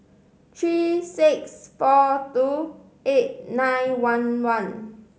three six four two eight nine one one